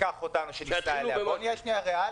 בואו נהיה ריאליים.